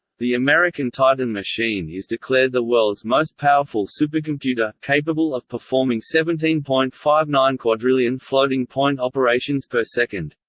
the american titan machine is declared the world's most powerful supercomputer, capable of performing seventeen point five nine quadrillion floating point operations per second.